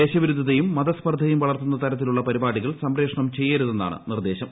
ദേശവിരുദ്ധതയും മതസ്പർദ്ധയും വളർത്തുന്ന തരത്തിലുള്ള പരിപാടികൾ സംപ്രേക്ഷണം ചെയ്യരുതെന്നാണ് നിർദേശം